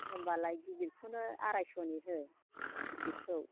होमबालाय गिदिरखौनो आरायस'नि हो गिदिरखौ